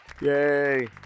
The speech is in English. Yay